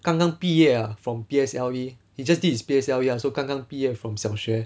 刚刚毕业 ah from P_S_L_E he just did his P_S_L_E ah so 刚刚毕业 from 小学